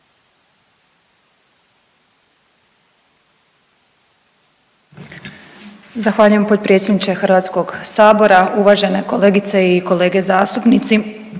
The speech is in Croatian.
Zahvaljujem potpredsjedniče Hrvatskog sabora. Uvažene kolegice i kolege zastupnici,